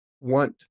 want